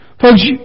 Folks